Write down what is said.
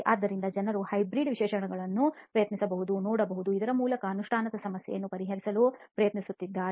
ಆದ್ದರಿಂದ ಜನರು ಹೈಬ್ರಿಡ್ ವಿಶೇಷಣಗಳನ್ನು ನಾವು ಪ್ರಯತ್ನಿಸಬಹುದು ಮತ್ತು ನೋಡಬಹುದು ಎಂದು ಹೇಳುವ ಮೂಲಕ ಈ ಅನುಷ್ಠಾನದ ಸಮಸ್ಯೆಯನ್ನು ಪರಿಹರಿಸಲು ಪ್ರಯತ್ನಿಸಿದ್ದಾರೆ